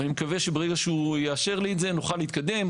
ואני מקווה שברגע שהוא יאשר לי את זה נוכל להתקדם.